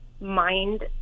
mind